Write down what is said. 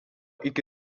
iki